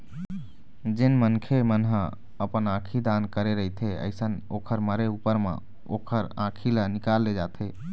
जेन मनखे मन ह अपन आंखी दान करे रहिथे अइसन ओखर मरे ऊपर म ओखर आँखी ल निकाल ले जाथे